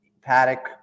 Paddock